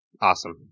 Awesome